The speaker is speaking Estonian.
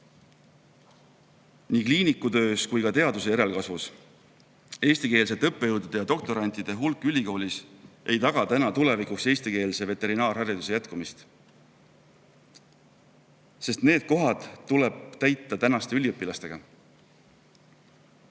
kliinikutöös ja teaduse järelkasvus. Eestikeelsete õppejõudude ja doktorantide hulk ülikoolis ei taga tulevikus eestikeelse veterinaarhariduse jätkumist, sest need kohad tuleb täita praeguste üliõpilastega.